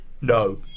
No